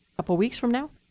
couple weeks from now?